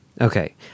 Okay